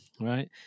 right